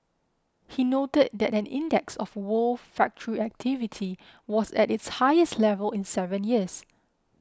he noted that an index of world factory activity was at its highest level in seven years